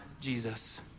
Jesus